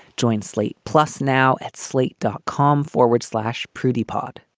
joint slate plus now at slate dot com forward slash prudy pod